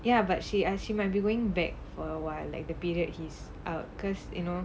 ya but she ah she might be going back for awhile like the period he's out because you know